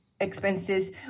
expenses